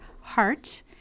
heart